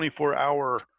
24-hour